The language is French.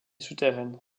souterraine